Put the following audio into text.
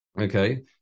Okay